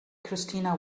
christina